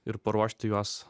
ir paruošti juos